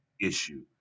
issue